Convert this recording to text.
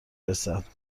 رسد